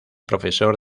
profesor